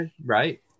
right